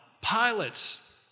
pilots